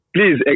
Please